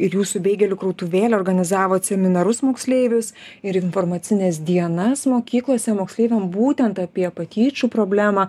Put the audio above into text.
ir jūsų beigelių krautuvėlė organizavot seminarus moksleivius ir informacines dienas mokyklose moksleiviam būtent apie patyčių problemą